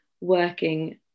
working